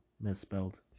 misspelled